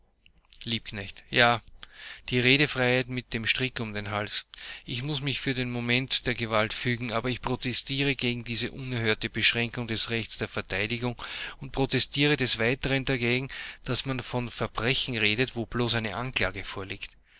liebknecht ja die redefreiheit mit dem strick um den hals ich muß mich für den moment der gewalt fügen aber ich protestiere gegen diese unerhörte beschränkung des rechts der verteidigung und protestiere des weiteren dagegen daß man von verbrechen redet wo bloß eine anklage vorliegt